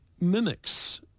mimics